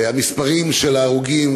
המספרים של ההרוגים,